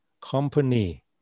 company